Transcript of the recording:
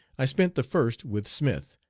i spent the first with smith,